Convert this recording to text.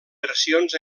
versions